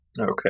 Okay